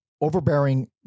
overbearing